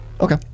Okay